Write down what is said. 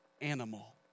Animal